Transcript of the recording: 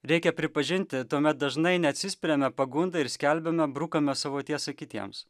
reikia pripažinti tuomet dažnai neatsispiriame pagundai ir skelbiame brukamą savo tiesą kitiems